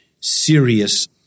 serious